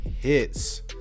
hits